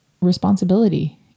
responsibility